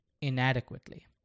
inadequately